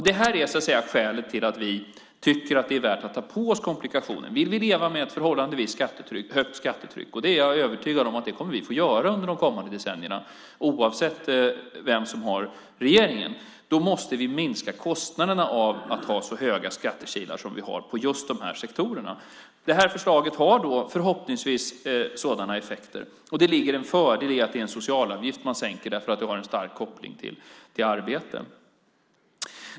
Detta är skälet till att vi tycker att det är värt att ta på oss komplikationen. Vill vi leva med ett förhållandevis högt skattetryck - det är jag övertygad om att vi kommer att få göra under kommande decennierna oavsett vem som har regeringsmakten - måste vi minska kostnaderna för att ha så höga skattekilar som vi har i just dessa sektorer. Detta förslag har förhoppningsvis sådana effekter. Det ligger en fördel i att det är socialavgifter som man sänker därför att det har en stark koppling till arbete.